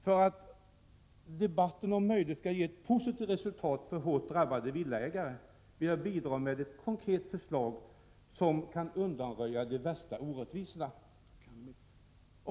För att debatten om möjligt skall ge ett positivt resultat för hårt drabbade villaägare, vill jag bidra med ett konkret förslag som undanröjer de värsta orättvisorna.